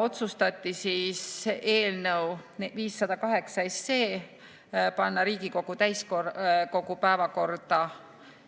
Otsustati panna eelnõu 508 Riigikogu täiskogu päevakorda